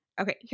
Okay